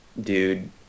dude